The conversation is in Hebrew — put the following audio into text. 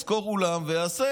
ישכור אולם ויעשה